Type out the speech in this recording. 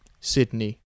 Sydney